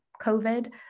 COVID